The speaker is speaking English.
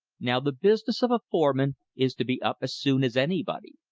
now the business of a foreman is to be up as soon as anybody.